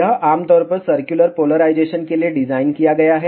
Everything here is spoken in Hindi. यह आम तौर पर सर्कुलर पोलराइजेशन के लिए डिज़ाइन किया गया है